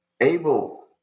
able